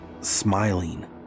smiling